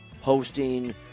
hosting